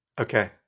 Okay